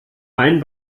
ein